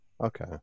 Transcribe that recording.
Okay